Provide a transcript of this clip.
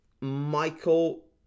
Michael